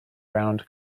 round